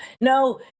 no